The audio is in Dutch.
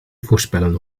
voorspellen